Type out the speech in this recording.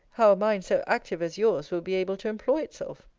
how a mind so active as yours will be able to employ itself.